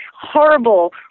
horrible